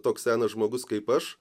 toks senas žmogus kaip aš